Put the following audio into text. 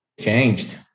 changed